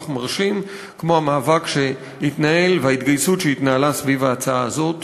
כך מרשים כמו המאבק שהתנהל וההתגייסות שהתנהלה סביב ההצעה הזאת: